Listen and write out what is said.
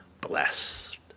blessed